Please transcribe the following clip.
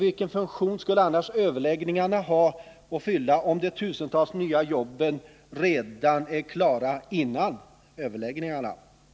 Vilken funktion skulle eventuella överläggningar ha att fylla om de tusentals nya jobben är klara redan innan överläggningarna kommit till stånd?